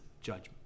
judgment